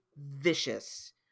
vicious